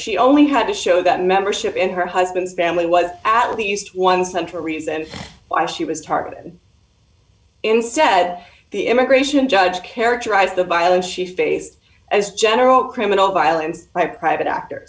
she only had to show that membership in her husband's family was at least one central reason why she was targeted instead the immigration judge characterized the bio she faced as general criminal violence by private actor